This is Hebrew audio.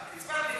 אוקיי, קצבת נכות.